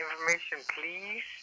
information—please